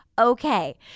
okay